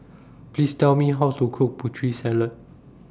Please Tell Me How to Cook Putri Salad